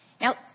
Now